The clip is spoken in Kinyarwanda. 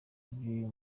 ry’uyu